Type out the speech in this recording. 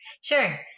Sure